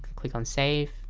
click on save